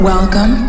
Welcome